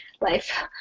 life